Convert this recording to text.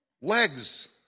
Legs